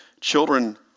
Children